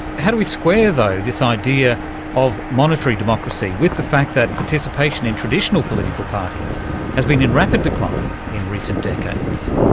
how do we square, though, this idea of monitory democracy with the fact that participation in traditional political parties has been in rapid decline in recent decades?